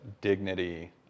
Dignity